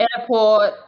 airport